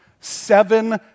seven